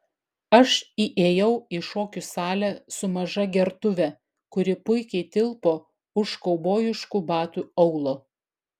aš įėjau į šokių salę su maža gertuve kuri puikiai tilpo už kaubojiškų batų aulo